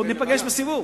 עוד ניפגש בסיבוב,